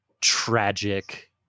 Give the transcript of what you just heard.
tragic